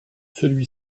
celui